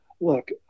look